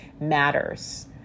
matters